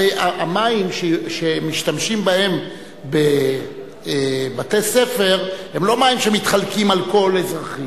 הרי המים שמשתמשים בהם בבתי-ספר הם לא מים שמתחלקים על כל האזרחים,